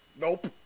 Nope